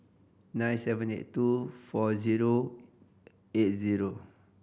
nine seven eight two four zero eight zero